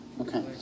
Okay